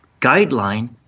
guideline